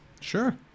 sure